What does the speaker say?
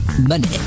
money